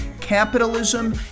capitalism